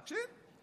תקשיב.